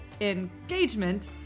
engagement